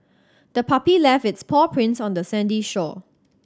the puppy left its paw prints on the sandy shore